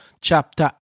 chapter